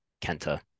Kenta